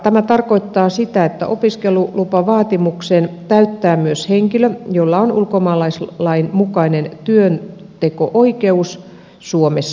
tämä tarkoittaa sitä että opiskelulupavaatimuksen täyttää myös henkilö jolla on ulkomaalaislain mukainen työnteko oikeus suomessa